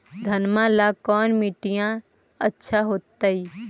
घनमा ला कौन मिट्टियां अच्छा होतई?